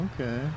Okay